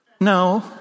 No